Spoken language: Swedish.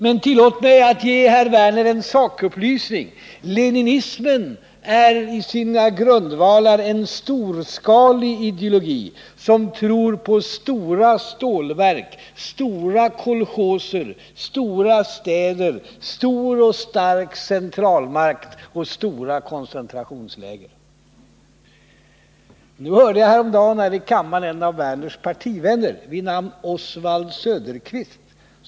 Men tillåt mig att ge herr Werner en sakupplysning. Leninismen är i sina grundvalar en storskalig ideologi, som tror på stora stålverk, stora kolchoser, stora städer, stor och stark centralmakt och stora koncentrationsläger. Häromdagen hörde jag här i kammaren en av Lars Werners partivänner vid namn Oswald Söderqvist.